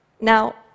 Now